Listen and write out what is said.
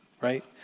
right